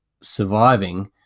surviving